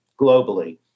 globally